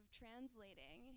translating